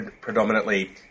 predominantly